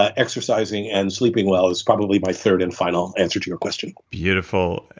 ah exercising and sleeping well is probably my third and final answer to your question beautiful.